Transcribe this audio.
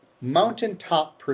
mountaintop